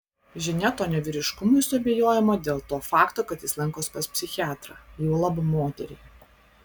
žinia tonio vyriškumu suabejojama dėl to fakto kad jis lankosi pas psichiatrą juolab moterį